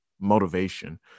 motivation